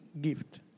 gift